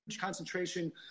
concentration